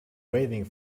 waving